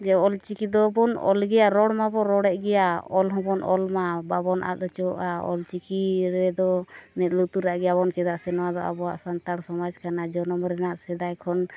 ᱡᱮ ᱚᱞ ᱪᱤᱠᱤ ᱫᱚᱵᱚᱱ ᱚᱞ ᱜᱮᱭᱟ ᱨᱚᱲ ᱢᱟᱵᱚᱱ ᱨᱚᱲᱮᱫᱜᱮᱭᱟ ᱚᱞᱢᱟ ᱵᱟᱵᱚᱱ ᱟᱫ ᱦᱚᱪᱚᱣᱟᱜᱼᱟ ᱚᱞ ᱪᱤᱠᱤ ᱨᱮᱫᱚ ᱢᱮᱫ ᱞᱩᱛᱩᱨᱟᱜ ᱜᱮᱭᱟᱵᱚᱱ ᱪᱮᱫᱟᱜ ᱥᱮ ᱱᱚᱣᱟ ᱫᱚ ᱟᱵᱚᱣᱟᱜ ᱥᱟᱱᱛᱟᱲ ᱥᱚᱢᱟᱡᱽ ᱠᱟᱱᱟ ᱡᱚᱱᱚᱢ ᱨᱮᱭᱟᱜ ᱥᱮᱫᱟᱭ ᱠᱷᱚᱱ